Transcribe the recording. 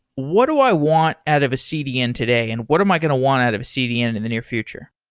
what do i want out of a cdn today and what am i going to want out of a cdn in in the near future?